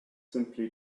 simply